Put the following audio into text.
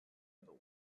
other